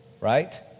Right